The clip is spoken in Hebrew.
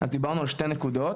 דיברנו על 2 נקודות.